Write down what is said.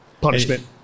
punishment